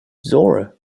zora